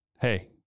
hey